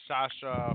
Sasha